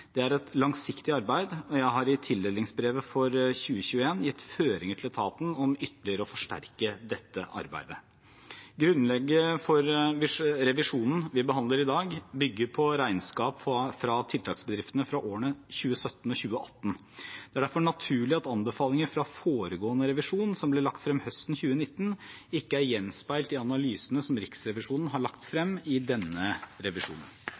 Det er et langsiktig arbeid, og jeg har i tildelingsbrevet for 2021 gitt føringer til etaten om ytterligere å forsterke dette arbeidet. Grunnlaget for revisjonen vi behandler i dag, bygger på regnskap fra tiltaksbedriftene fra årene 2017 og 2018. Det er derfor naturlig at anbefalinger fra foregående revisjon, som ble lagt frem høsten 2019, ikke er gjenspeilt i analysene som Riksrevisjonen har lagt frem i denne revisjonen.